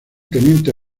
teniente